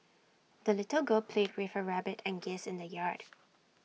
the little girl played with her rabbit and geese in the yard